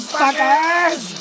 fuckers